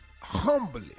humbly